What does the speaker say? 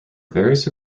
various